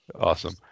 Awesome